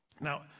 Now